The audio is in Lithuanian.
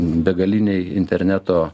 begalinėj interneto